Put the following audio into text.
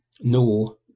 No